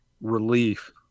relief